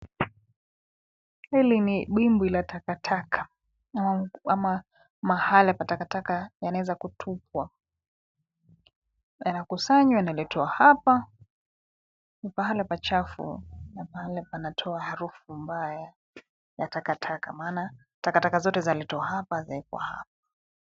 Hili ni wimbi la takataka ama mahala pa takataka yanaeza kutupwa. Yanakusanywa yanaletwa hapa ni pahala pa pachafu na pahala panatoa harufu mbaya ya takataka maana takataka zote zaletwa hapa zaekwa hapa.